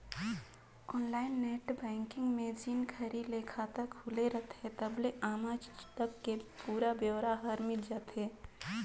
online net banking में जेन घरी ले खाता खुले रथे तबले आमज तक के पुरा ब्योरा हर मिल जाथे